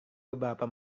beberapa